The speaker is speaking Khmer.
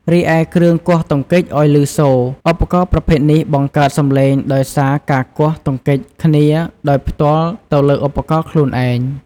រីឯគ្រឿងគោះទង្គិចឲ្យព្ញសូរ ឧបករណ៍ប្រភេទនេះបង្កើតសំឡេងដោយសារការគោះទង្គិចគ្នាដោយផ្ទាល់ទៅលើឧបករណ៍ខ្លួនឯង។